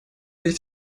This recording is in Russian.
быть